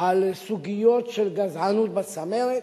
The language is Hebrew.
על סוגיות של גזענות בצמרת,